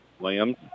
Williams